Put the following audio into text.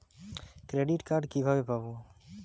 Credit card কিভাবে পাব?